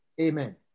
Amen